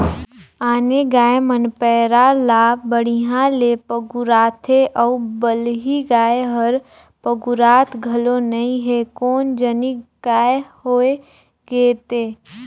आने गाय मन पैरा ला बड़िहा ले पगुराथे अउ बलही गाय हर पगुरात घलो नई हे कोन जनिक काय होय गे ते